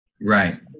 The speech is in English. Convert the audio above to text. Right